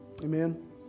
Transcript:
Amen